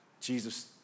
Jesus